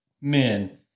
men